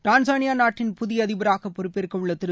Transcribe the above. டான்சானியாநாட்டின் புதியஅதிபராகபொறுப்பேற்கஉள்ளதிரு